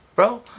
bro